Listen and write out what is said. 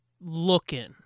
looking